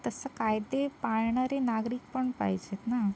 तसं कायदे पाळणारे नागरिक पण पाहिजेत ना